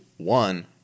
One